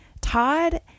Todd